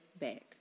back